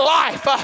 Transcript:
life